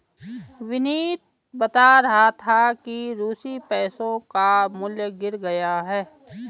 विनीत बता रहा था कि रूसी पैसों का मूल्य गिर गया है